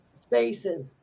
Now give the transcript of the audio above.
spaces